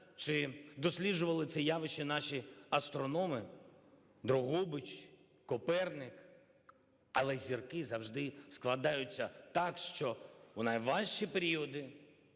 чи досліджували це явище наші астрономи Дрогобич, Коперник, але зірки завжди складаються так, що у найважчі періоди